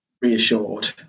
reassured